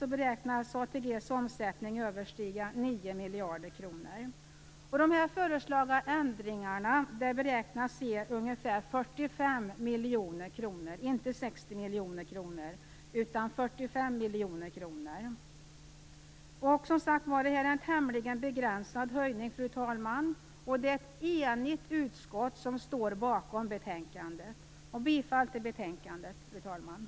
9 miljarder kronor. De här föreslagna ändringarna beräknas ge ungefär 45 miljoner kronor - inte Det här är som sagt en tämligen begränsad höjning, fru talman, och det är ett enigt utskott som står bakom betänkandet. Jag yrkar bifall till hemställan i betänkandet.